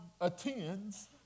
attends